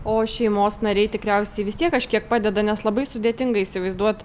o šeimos nariai tikriausiai vis tiek kažkiek padeda nes labai sudėtinga įsivaizduot